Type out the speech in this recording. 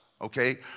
okay